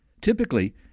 Typically